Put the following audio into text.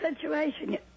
situation